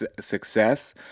success